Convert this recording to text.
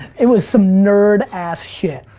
it was some nerd-ass shit.